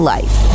Life